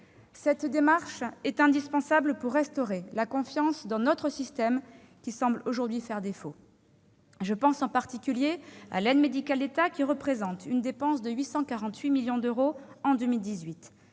Cette démarche est indispensable pour restaurer la confiance dans notre système, qui semble aujourd'hui faire défaut. Je pense en particulier à l'aide médicale de l'État, qui représente une dépense de 848 millions d'euros en 2018.